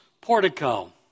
portico